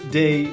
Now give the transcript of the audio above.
day